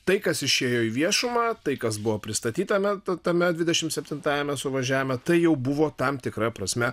tai kas išėjo į viešumą tai kas buvo pristatyta na tame dvidešimtseptintajame suvažiavime tai jau buvo tam tikra prasme